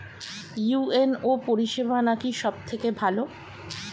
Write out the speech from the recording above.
UNO পরিসেবা নাকি সব থেকে ভালো?